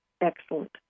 Excellent